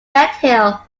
redhill